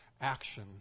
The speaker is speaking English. action